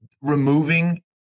removing